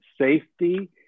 safety